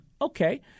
okay